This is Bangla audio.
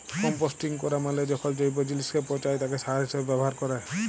কম্পোস্টিং ক্যরা মালে যখল জৈব জিলিসকে পঁচায় তাকে সার হিসাবে ব্যাভার ক্যরে